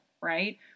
right